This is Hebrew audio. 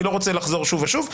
אני לא רוצה לחזור שוב ושוב,